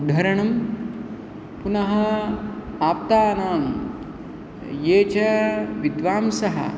उद्धरणं पुनः आप्तानां ये च विद्वांसः